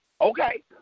Okay